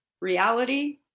reality